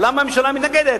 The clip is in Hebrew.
למה הממשלה מתנגדת?